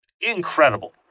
incredible